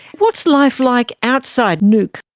what's lifelike outside nuuk?